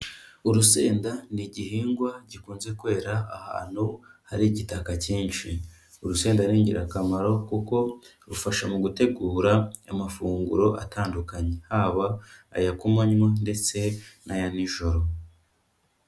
Urusenda n'igihingwa gikunze kwera ahantu hari igitaka cyinshi, urusenda n'ingirakamaro kuko rufasha mu gutegura amafunguro atandukanye, haba aya ku manywa ndetse n'aya n'ijoro.